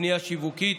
בפנייה שיווקית